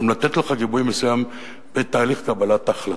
גם לתת לך גיבוי מסוים בתהליך קבלת ההחלטות,